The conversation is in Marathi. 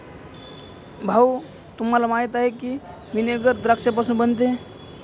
भाऊ, तुम्हाला माहीत आहे की व्हिनेगर द्राक्षापासून बनते